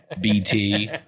BT